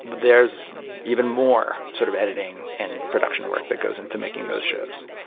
there's even more sort of editing and production work that goes into making those shows.